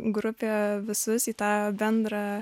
grupė visus į tą bendrą